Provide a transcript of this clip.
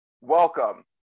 Welcome